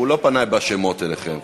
הוא לא פנה בשמות אליכם,